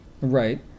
Right